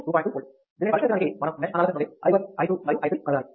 దీనిని పరిష్కరించడానికి మనం మెష్ అనాలసిస్ నుండి i 1 i 2 మరియు i 3 కనుగొనాలి